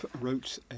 wrote